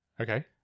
Okay